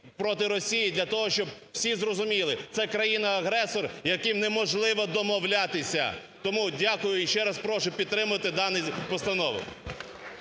для того, щоб всі зрозуміли – це країна-агресор, з яким неможливо домовлятися. Тому дякую. І ще раз прошу підтримати дану постанову.